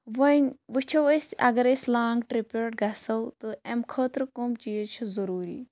وۄنۍ وٕچھو أسۍ اگر أسۍ لانٛگ ٹِرٛپ پٮ۪ٹھ گَژھو تہٕ اَمہِ خٲطرٕ کٕم چیٖز چھِ ضروٗری